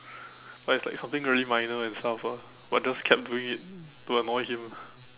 like it's like something really minor and stuff ah but just kept doing it to annoy him